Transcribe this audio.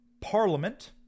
parliament